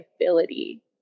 ability